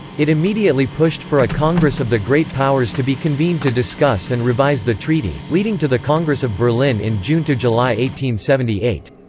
it immediately pushed for a congress of the great powers to be convened to discuss and revise the treaty, leading to the congress of berlin in june-july seventy eight.